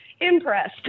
impressed